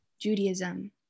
Judaism